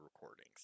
recordings